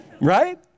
Right